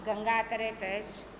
गङ्गा करैत अछि